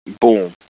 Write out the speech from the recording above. Boom